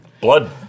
blood